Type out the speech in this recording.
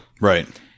Right